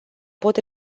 pot